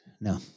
No